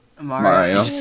Mario